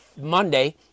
Monday